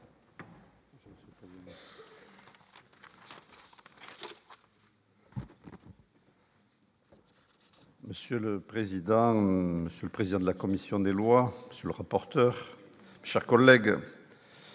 Monsieur le président, Monsieur le président de la commission des lois sur le rapporteur, chers collègues,